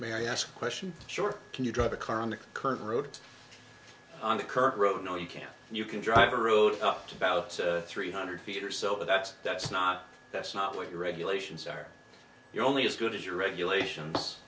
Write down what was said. mary asked question short can you drive a car on the current roads on the current road no you can't you can drive a road up to about three hundred feet or so but that's that's not that's not what you regulations are you're only as good as your regulations